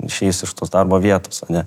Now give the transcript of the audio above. išeis iš tos darbo vietos ane